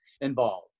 involved